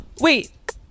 Wait